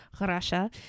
Russia